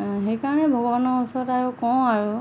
সেইকাৰণে ভগৱানৰ ওচৰত আৰু কওঁ আৰু